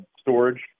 storage